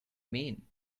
mean